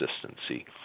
consistency